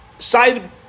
side